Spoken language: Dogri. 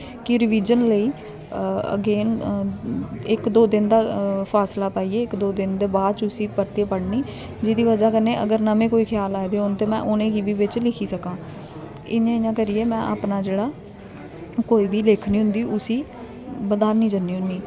कि रिवीजन लेई अगेन इक दो दिन दा फासला पाइयै इक दो दिन दे बाद च उसी परतियै पढ़नी जेह्दी बजह् कन्नै अगर नमें ख्याल आए दे होन ते में उ'नें गी बी लिखी सकां ते इ'यां इ'यां करियै में अपना जेह्ड़ा कोई बी लेखनी होंदी उसी बधानी जन्नी होनी